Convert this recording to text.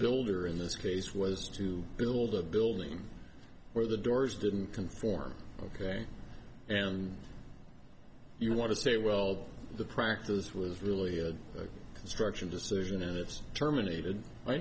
builder in this case was to build a building where the doors didn't conform ok and you want to say well the practice was really a construction decision and it's terminated i